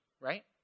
Right